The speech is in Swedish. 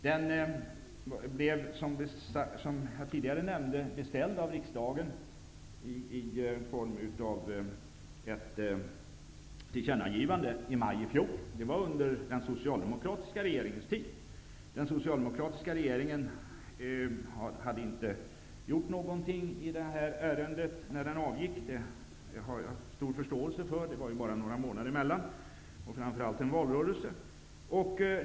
Den beställdes, som jag tidigare nämnde, av riksdagen genom ett tillkännagivande i maj i fjol. Detta var under den socialdemokratiska regeringens tid. Den socialdemokratiska regeringen hade inte gjort någonting i det här ärendet när den avgick. Det har jag stor förståelse för. Det var bara några månader emellan. Det var dessutom en valrörelse.